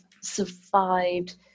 survived